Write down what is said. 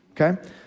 Okay